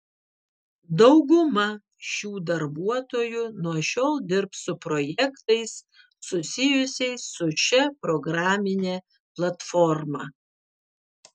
dauguma šių darbuotojų nuo šiol dirbs su projektais susijusiais su šia programine platforma